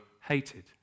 hated